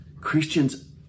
Christians